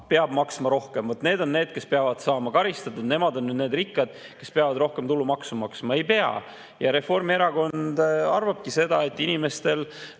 peab maksma rohkem. Vaat nemad on need, kes peavad saama karistatud, nemad on need rikkad, kes peavad rohkem tulumaksu maksma. Ei pea! Reformierakond arvabki, et inimestele